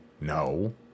no